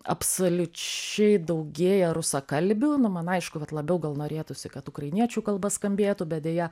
absoliučiai daugėja rusakalbių nu man aišku vat labiau gal norėtųsi kad ukrainiečių kalba skambėtų bet deja